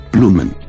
Blumen